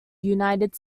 united